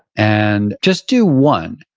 and just do one,